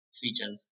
features